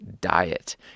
Diet